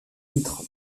titre